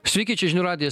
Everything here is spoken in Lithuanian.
sveiki čia žinių radijas